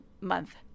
month